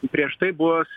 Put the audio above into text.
prieš tai bus